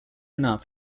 enough